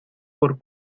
por